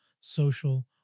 social